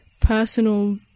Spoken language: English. personal